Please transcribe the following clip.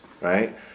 right